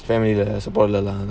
family lah support இல்ல:illa lah